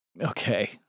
Okay